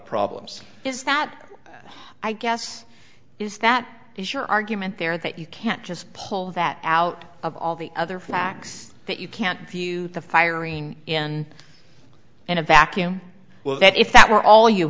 problems is that i guess is that is your argument there that you can't just pull that out of all the other facts that you can't view the firing in in a vacuum well that if that were all you